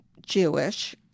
Jewish